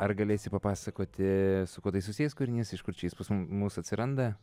ar galėsi papasakoti su kuo tai susijęs kūrinys iš kur čia jis pas mus atsiranda